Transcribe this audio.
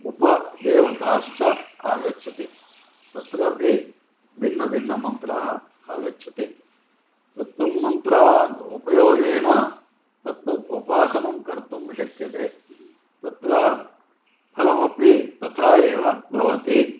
उपदेवताश्च आगच्छति तत्रापि भिन्नभिन्नमन्त्राः आगच्छति तत्तं मन्त्रान् उपयोगेण तत्तत् उपासनं कर्तुं शक्यते तत्र फलमपि तथा एव भवति